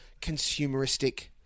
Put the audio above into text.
consumeristic